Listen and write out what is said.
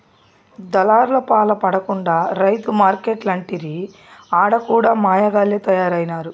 దళార్లపాల పడకుండా రైతు మార్కెట్లంటిరి ఆడ కూడా మాయగాల్లె తయారైనారు